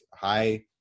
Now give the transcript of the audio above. high